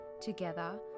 Together